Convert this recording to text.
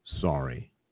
Sorry